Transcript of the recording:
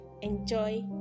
Enjoy